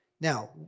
Now